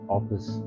Office